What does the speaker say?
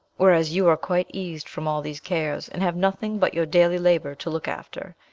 whereas you are quite eased from all these cares, and have nothing but your daily labour to look after,